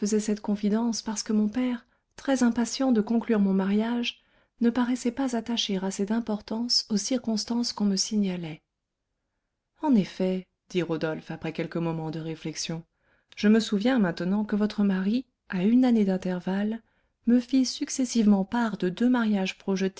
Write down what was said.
cette confidence parce que mon père très impatient de conclure mon mariage ne paraissait pas attacher assez d'importance aux circonstances qu'on me signalait en effet dit rodolphe après quelques moments de réflexion je me souviens maintenant que votre mari à une année d'intervalle me fit successivement part de deux mariages projetés